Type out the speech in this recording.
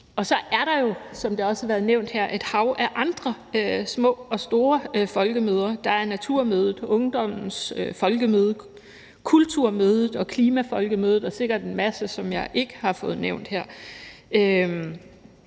Så er der jo, som det også har været nævnt her, et hav af andre små og store folkemøder. Der er Naturmødet, Ungdommens Folkemøde, Kulturmødet Mors og Klimafolkemødet og sikkert en masse andre, som jeg ikke har fået nævnt her,